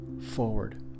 forward